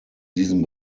diesen